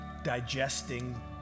digesting